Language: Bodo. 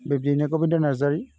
बिब्दिनो गबिन्द' नारजारि